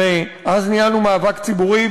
ואז ניהלנו מאבק ציבורי.